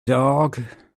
dog